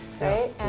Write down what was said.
right